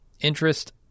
Interest